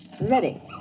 Ready